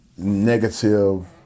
negative